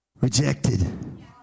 rejected